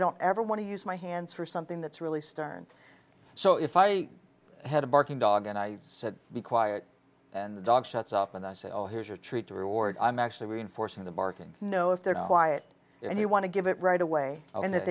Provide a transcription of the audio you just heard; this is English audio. don't ever want to use my hands for something that's really stern so if i had a barking dog and i said be quiet and the dog shuts up and i say oh here's your treat doors i'm actually reinforcing the barking no if they're quiet and you want to give it right away and that